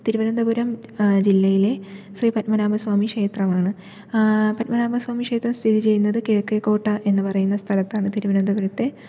തിരുവനന്തപുരം ജില്ലയിലെ ശ്രീ പദ്മനാഭ സ്വാമി ക്ഷേത്രമാണ് പദ്മനാഭസ്വാമി ക്ഷേത്രം സ്ഥിതി ചെയ്യുന്നത് കിഴക്കേക്കോട്ട എന്ന് പറയുന്ന സ്ഥലത്താണ് തിരുവന്തപുരത്തെ